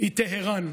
היא טהראן,